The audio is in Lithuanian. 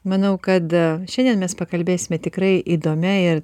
manau kad šiandien mes pakalbėsime tikrai įdomia ir